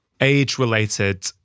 Age-related